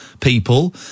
people